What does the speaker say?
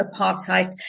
apartheid